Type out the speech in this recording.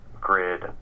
grid